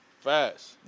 Fast